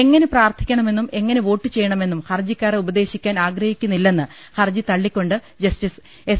എങ്ങനെ പ്രാർത്ഥിക്കണമെന്നും എങ്ങനെ വോട്ടുചെ യ്യണമെന്നും ഹർജിക്കാരെ ഉപദേശിക്കാൻ ആഗ്രഹിക്കുന്നില്ലെന്ന് ഹർജി തള്ളിക്കൊണ്ട് ജസ്റ്റിസ് എസ്